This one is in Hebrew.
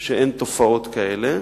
שאין תופעות כאלה,